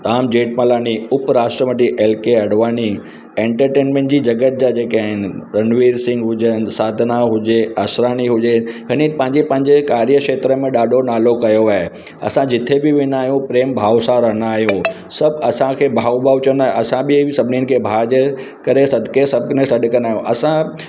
राम जेठमलानी उप राष्ट्रपति L K Advani entertainment जी जगत जा जेके आहिनि रणवीर सिंह हुजनि साधना हुजे असरानी हुजे याने पंहिंजे पंहिंजे कार्य क्षेत्र में ॾाढो नालो कयो आहे असां जिथे बि वेंदा आहियूं प्रेम भाव सां रहंदा आहियूं सभु असांखे भाऊ भाऊ चवंदा असां बि सभिनीनि खे भाउ जे करे सदिके सभ ने सॾु कंदा आहियूं असां